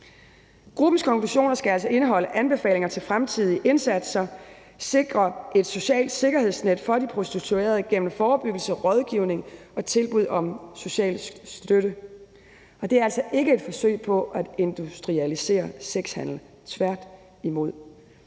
Gruppens konklusioner skal altså indeholde anbefalinger til fremtidige indsatser og sikre et socialt sikkerhedsnet for de prostituerede gennem forebyggelse, rådgivning og tilbud om social støtte. Og det er altså ikke et forsøg på et institutionalisere sexhandel, tværtimod.